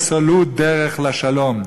וסולוּ דרך לשלום".